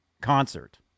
concert